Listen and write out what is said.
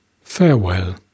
Farewell